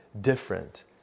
different